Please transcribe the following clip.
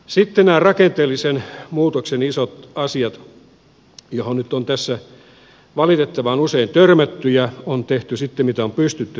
sitten rakenteellisen muutoksen isot asiat joihin nyt on valitettavan usein törmätty ja on tehty sitten mitä on pystytty